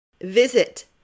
Visit